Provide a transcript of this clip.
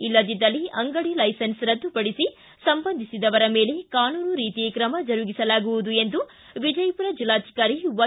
ಇಲ್ಲದಿದ್ದಲ್ಲಿ ಅಂಗಡಿ ಲೈಸನ್ಸ್ ರದ್ದುಪಡಿಸಿ ಸಂಬಂಧಿಸಿದವರ ಮೇಲೆ ಕಾನೂನು ರೀತಿ ಕ್ರಮ ಜರುಗಿಸಲಾಗುವುದು ಎಂದು ವಿಜಯಪುರ ಜಿಲ್ಲಾಧಿಕಾರಿ ವೈ